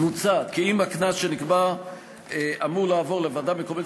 מוצע כי אם הקנס שנקבע אמור לעבור לוועדה מקומית